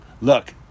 look